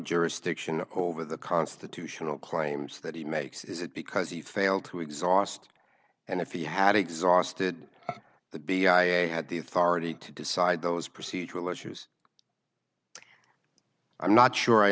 jurisdiction over the constitutional claims that he makes is it because he failed to exhaust and if he had exhausted the b i a had the authority to decide those procedural issues i'm not sure i